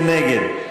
מי נגד?